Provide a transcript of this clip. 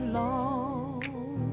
long